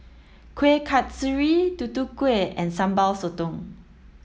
Kueh Kasturi Tutu Kueh and Sambal Sotong